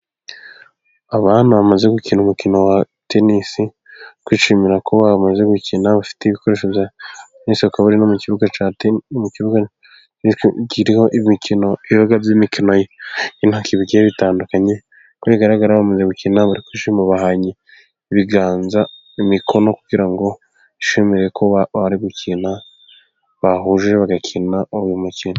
Abana bamaze gukina umukino wa tenisi, kwishimira ko bamaze gukina bafite ibikoresho bya tenisi, bakaba bari no mu kibuga cya tenisi no mu kibugaho imikino ibiga by'imikino ina kibigiye bitandukanye, uko bigaragara bamaze gukina barishimye bahanyi ibiganza imikono kugira ngo bishimire ko bari gukina bahuje bagakina uyu mukino.